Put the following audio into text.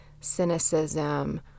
cynicism